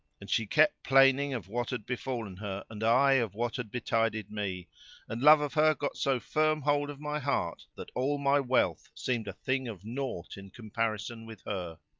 and she kept plaining of what had befallen her and i of what had betided me and love of her got so firm hold of my heart that all my wealth seemed a thing of naught in comparison with her.